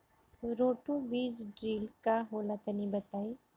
Roto बीज drill का होला तनि बताई?